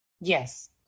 yes